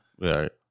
Right